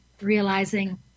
realizing